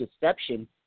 deception